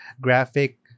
graphic